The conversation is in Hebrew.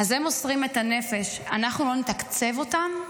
אז הם מוסרים את הנפש, אנחנו לא נתקצב אותם?